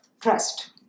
trust